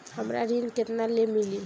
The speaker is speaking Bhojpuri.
हमरा ऋण केतना ले मिली?